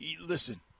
Listen